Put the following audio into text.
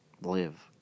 live